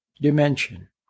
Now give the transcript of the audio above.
dimension